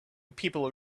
people